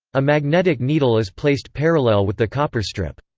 a magnetic needle is placed parallel with the copper strip.